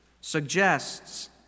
suggests